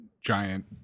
giant